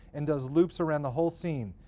and does loops around the whole scene,